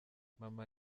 mama